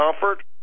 comfort